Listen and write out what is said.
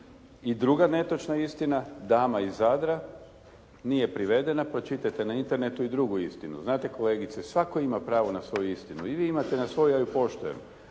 I druga netočna istina. Dama iz Zadra nije privedena, pročitajte na internetu i drugu istinu. Znate kolegice, svatko ima pravo na svoju istinu. I vi imate na svoju, ja ju poštujem.